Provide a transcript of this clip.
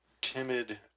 timid